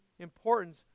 importance